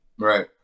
Right